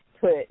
put